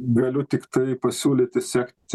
galiu tiktai pasiūlyti sekti